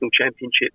championships